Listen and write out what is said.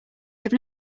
have